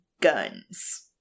guns